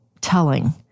telling